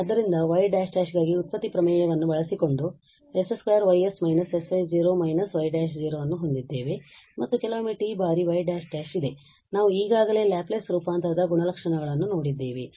ಆದ್ದರಿಂದ ನಾವು y′′ ಗಾಗಿ ವ್ಯುತ್ಪತ್ತಿ ಪ್ರಮೇಯವನ್ನು ಬಳಸಿಕೊಂಡು s 2Y − sy − y′ ಅನ್ನು ಹೊಂದಿದ್ದೇವೆ ಮತ್ತು ಕೆಲವೊಮ್ಮೆ t ಬಾರಿ y′′ಇದೆ ನಾವು ಈಗಾಗಲೇ ಲ್ಯಾಪ್ಲೇಸ್ ರೂಪಾಂತರದ ಗುಣಲಕ್ಷಣಗಳನ್ನು ನೋಡಿದ್ದೇವೆ